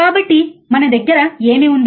కాబట్టి మన దగ్గర ఏమి ఉంది